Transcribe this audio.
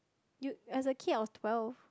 you as a kid I was twelve